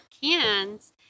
cans